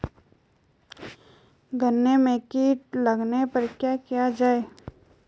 गन्ने में कीट लगने पर क्या किया जाये?